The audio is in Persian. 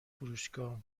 فروشگاه